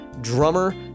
drummer